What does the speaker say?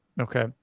Okay